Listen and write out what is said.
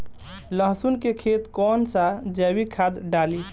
लहसुन के खेत कौन सा जैविक खाद डाली?